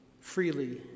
freely